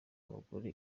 abagore